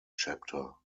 chapter